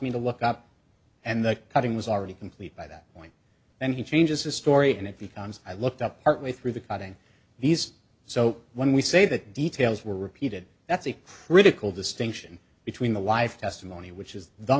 me to look up and the cutting was already complete by that point then he changes his story and it becomes i looked up partly through the cutting these so when we say that details were repeated that's a critical distinction between the life testimony which is the